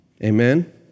Amen